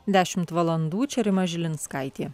dešimt valandų čia rima žilinskaitė